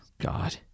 God